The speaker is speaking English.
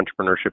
entrepreneurship